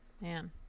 Man